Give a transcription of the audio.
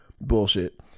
bullshit